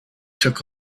took